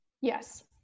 Yes